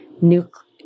nuclear